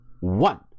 one